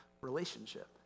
relationship